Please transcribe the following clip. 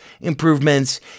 improvements